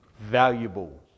valuable